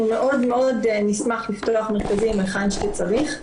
מאוד מאוד נשמח לפתוח מרכזים היכן שצריך.